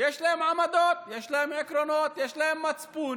שיש להם עמדות, יש להם עקרונות, יש להם מצפון,